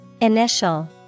Initial